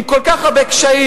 עם כל כך הרבה קשיים,